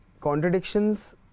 contradictions